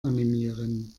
animieren